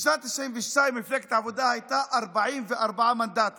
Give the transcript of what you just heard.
בשנת 1992 מפלגת העבודה הייתה 44 מנדטים